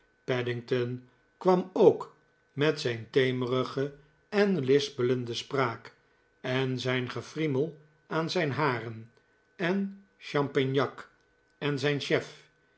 paddington kwam ook met zijn temerige en lispelende spraak en zijn gefriemel aan zijn haren en champignac en zijn chef